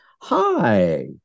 Hi